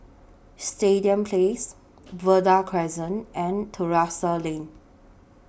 Stadium Place Verde Crescent and Terrasse Lane